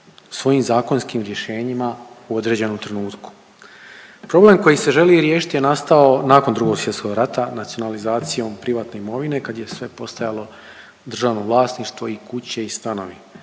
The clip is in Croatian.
svojim zakonskim rješenjima u određenom trenutku. Problem koji se želi riješiti je nastao nakon Drugog svjetskog rata, nacionalizacijom privatne imovine kad je sve postajalo državno vlasništvo i kuće i stanovi.